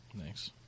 thanks